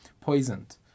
poisoned